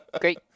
great